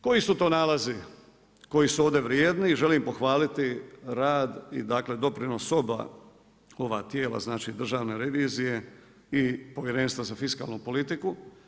Koji su to nalazi koji su ovdje vrijedni i želim iz pohvaliti rad i doprinos oba ova tijela, znači Državne revizije i Povjerenstva za fiskalnu politiku?